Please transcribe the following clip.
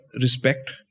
respect